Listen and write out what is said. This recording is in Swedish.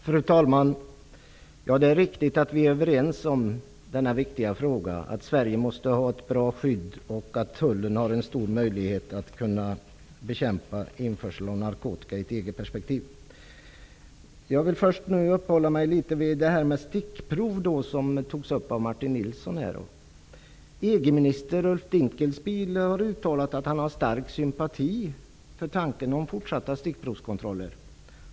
Fru talman! Det är riktigt att vi är överens om denna viktiga fråga, att Sverige måste ha ett bra skydd och att Tullen i ett EG-perspektiv kommer att ha en stor möjlighet att bekämpa införsel av narkotika. Jag skall först uppehålla mig litet vid frågan om stickprov som togs upp av Martin Nilsson. EG minister Ulf Dinkelspiel har uttalat en stark sympati för tanken om fortsatta stickprovskontroller.